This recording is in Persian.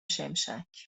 شمشک